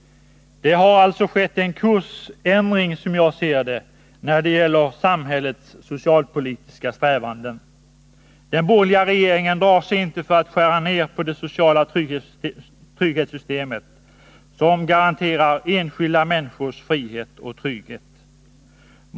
Det har alltså skett en kursändring, som jag ser det, när det gäller samhällets socialpolitiska strävanden. Den borgerliga regeringen drar sig inte för att skära ned på det sociala trygghetssystemet, som garanterar enskilda människors frihet och trygghet.